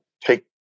take